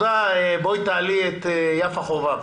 יפה חובב,